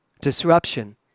Disruption